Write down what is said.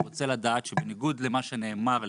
אני רוצה לדעת שבניגוד למה שנאמר לי,